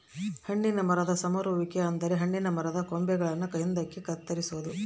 ಹಣ್ಣಿನ ಮರದ ಸಮರುವಿಕೆ ಅಂದರೆ ಹಣ್ಣಿನ ಮರದ ಕೊಂಬೆಗಳನ್ನು ಹಿಂದಕ್ಕೆ ಕತ್ತರಿಸೊದು